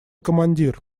командир